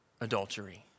Adultery